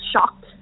shocked